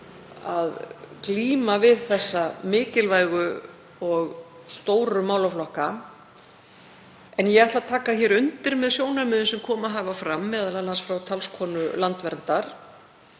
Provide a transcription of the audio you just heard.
að glíma við þessa mikilvægu og stóru málaflokka. Ég ætla að taka undir sjónarmið sem komið hafa fram, m.a. frá talskonu Landverndar,